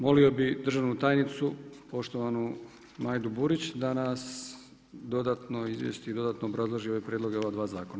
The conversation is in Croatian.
Molio bi državnu tajnicu poštovanu Majdu Burić, da nas dodatno izvjestiti i dodatno obrazloži ove prijedloge i ova dva zakona.